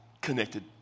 connected